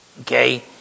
okay